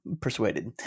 persuaded